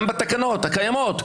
גם בתקנות הקיימות,